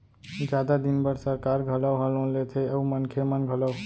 जादा दिन बर सरकार घलौ ह लोन लेथे अउ मनखे मन घलौ